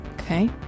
Okay